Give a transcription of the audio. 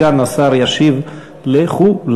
סגן השר ישיב לכו-לם.